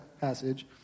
passage